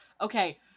Okay